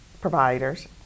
providers